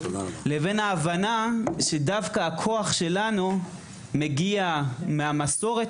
לבין ההבנה שדווקא הכוח שלנו מגיע מהמסורות